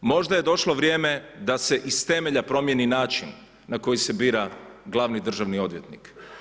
Možda je došlo vrijeme da se iz temelja promijeni način na koji se bira glavni državni odvjetnik.